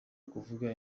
kuvuga